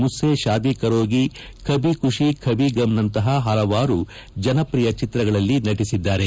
ಮುಜ್ಸೇ ಶಾದಿ ಕರೋಗಿ ಕಭಿ ಖುಷಿ ಕಭಿ ಗಮ್ನಂತಹ ಹಲವಾರು ಜನಪ್ರಿಯ ಚಿತ್ರಗಳಲ್ಲಿ ನಟಿಸಿದ್ದಾರೆ